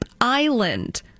Island